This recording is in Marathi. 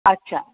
अच्छा